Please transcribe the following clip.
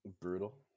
brutal